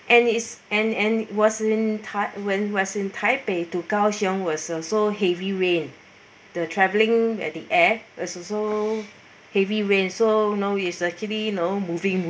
and it's and and was in when was in taipei to kaohsiung was also heavy rain the traveling at the air is also heavy rain so you know is actually you know moving